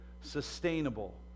sustainable